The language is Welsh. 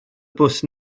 bws